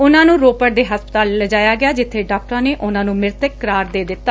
ਉਨਾਂ ਨੂੰ ਰੋਪੜ ਦੇ ਹਸਪਤਾਲ ਲਿਜਾਇਆ ਗਿਆ ਜਿੱਥੇ ਡਾਕਟਰਾਂ ਨੇ ਉਨ੍ਹਾਂ ਨੂੰ ਮ੍ਰਿਤਕ ਕਰਾਰ ਦੇ ਦਿੱਤਾ